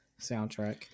soundtrack